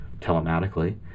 telematically